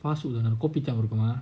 fast food on a kopitiam at போவோமா:poovooma